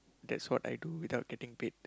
that's what I do without getting paid